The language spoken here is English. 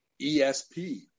ESP